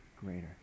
greater